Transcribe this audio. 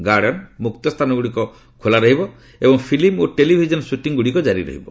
garden ମୁକ୍ତସ୍ଥାନଗୁଡିକ ଖୋଲା ରହିବ ଏବଂ ଫିଲ୍ମ ଓ ଟେଲିଭିଜନ ସୁଟିଂଗୁଡିକ ଜାରି ରହିବ